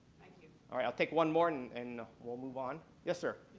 alright, i'll take one more and and then we'll move on. yes sir.